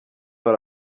hari